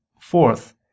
Fourth